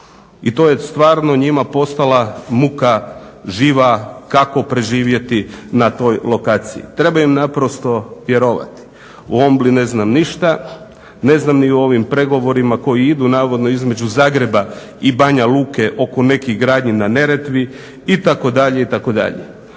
I to je stvarno njima postala muka živa kako preživjeti na toj lokaciji. Treba im naprosto vjerovati. O OMBLA-i ne znam ništa, ne znam ni o ovim pregovora koji idu navodno između Zagreba i Banja luke oko nekih gradnji na Neretvi itd., itd.